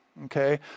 Okay